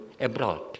abroad